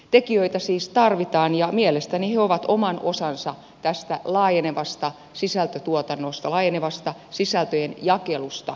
tekijöitä siis tarvitaan ja mielestäni he ovat oman osansa tästä laajenevasta sisältötuotannosta laajenevasta sisältöjen jakelusta ansainneet